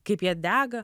kaip jie dega